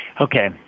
Okay